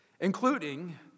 including